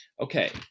Okay